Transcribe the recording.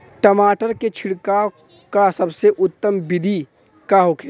टमाटर में छिड़काव का सबसे उत्तम बिदी का होखेला?